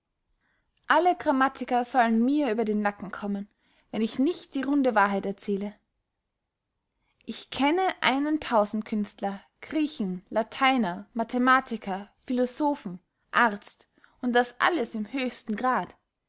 alle grammatiker sollen mir über den nacken kommen wenn ich nicht die runde wahrheit erzehle ich kenne einen tausendkünstler griechen lateiner mathematiker philosophen arzt und das alles im höchsten grad